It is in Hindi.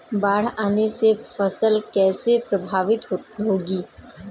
बाढ़ आने से फसल कैसे प्रभावित होगी?